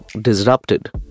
disrupted